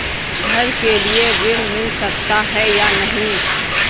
घर के लिए ऋण मिल सकता है या नहीं?